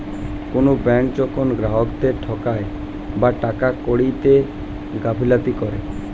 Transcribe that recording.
কোনো ব্যাঙ্ক যখন গ্রাহকদেরকে ঠকায় বা টাকা কড়িতে গাফিলতি করে